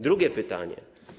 Drugie pytanie.